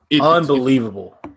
Unbelievable